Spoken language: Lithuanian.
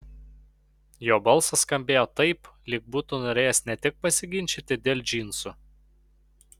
jo balsas skambėjo taip lyg būtų norėjęs ne tik pasiginčyti dėl džinsų